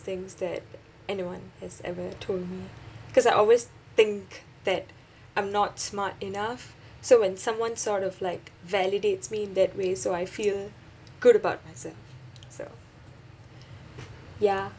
things that anyone has ever told me cause I always think that I'm not smart enough so when someone sort of like validates me in that way so I feel good about myself so ya